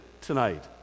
tonight